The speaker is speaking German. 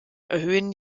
erhöhen